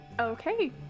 Okay